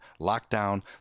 lockdown